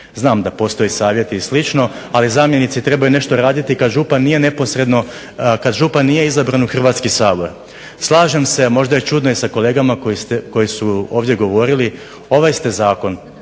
Znam da postoje savjeti i slično, ali zamjenici trebaju nešto raditi kad župan nije neposredno, kad župan nije izabran u Hrvatski sabor. Slažem se, možda je čudno, i sa kolegama koji su ovdje govorili, ovaj ste zakon